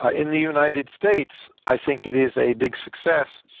ah in the united states, i think it is a big success.